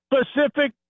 specific